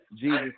Jesus